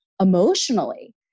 emotionally